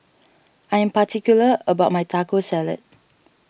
I am particular about my Taco Salad